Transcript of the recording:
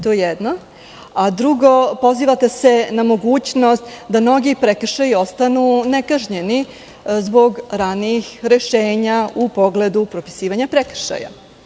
To je jedno, a drugo, pozivate se na mogućnost da mnogi prekršaji ostanu nekažnjeni, zbog ranijih rešenja u pogledu propisivanja prekršaja.